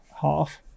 half